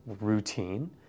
routine